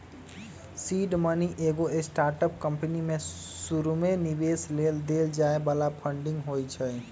seed money एगो startup company में शुरुमे निवेश लेल देल जाय बला फंडिंग होइ छइ